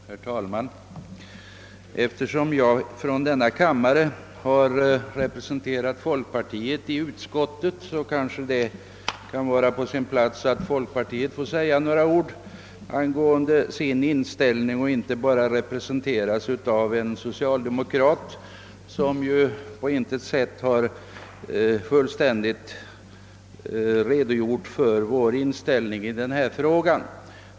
Herr talman! Eftersom jag från denna kammare har representerat folkpartiet i utskottet så kanske det kan vara på sin plats att även jag får säga några ord angående utskottets inställning och inte bara låta utskottet företrädas av en socialdemokrat, som ju på intet sätt fullständigt har redogjort för våra åsikter i denna fråga.